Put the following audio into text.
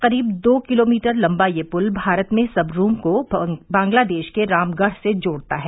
करीब दो किलोमीटर लंबा यह पुल भारत में सबरूम को बांग्लादेश के रामगढ़ से जोड़ता है